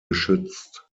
geschützt